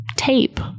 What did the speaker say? tape